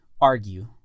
argue